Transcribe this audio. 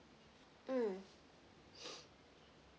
mm